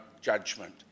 judgment